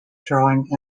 drawing